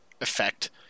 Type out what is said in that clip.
effect